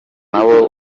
nabo